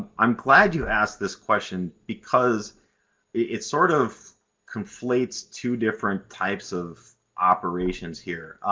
i'm glad you asked this question because it sort of conflates two different types of operations here.